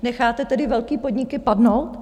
Necháte tedy velké podniky padnout?